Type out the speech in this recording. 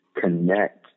connect